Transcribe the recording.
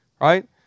right